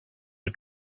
are